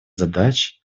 задач